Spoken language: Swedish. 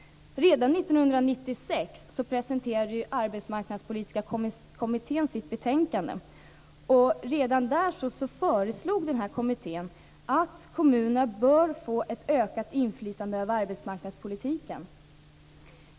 Redan 1996 presenterade Arbetsmarknadspolitiska kommittén sitt betänkande. Redan där föreslog kommittén att kommunerna bör få ett ökat inflytande över arbetsmarknadspolitiken.